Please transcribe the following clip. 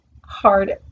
hard